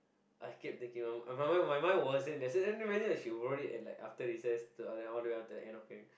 I kept thinking on my mind on my mind was like imagine she wrote it after recess all the way until the end of